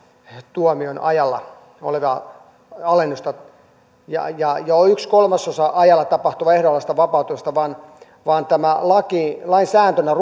tuomion ajalla tulevaa alennusta ja ja jo yksi kolmasosa ajalla tapahtuvaa ehdonalaista vapautusta vaan vaan tämän lain sääntönä